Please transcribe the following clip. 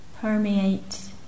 permeate